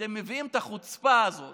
אתם מביאים את החוצפה הזו